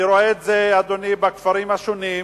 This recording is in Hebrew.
אני רואה את זה, אדוני, בכפרים השונים,